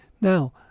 Now